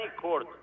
court